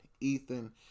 Ethan